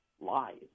lies